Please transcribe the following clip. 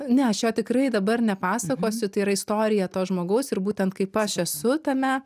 ne aš jo tikrai dabar nepasakosiu tai yra istorija to žmogaus ir būtent kaip aš esu tame